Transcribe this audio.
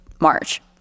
March